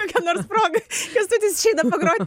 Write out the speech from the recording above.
kokia nors proga kęstutis išeina pagroti